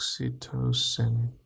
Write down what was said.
Oxytocin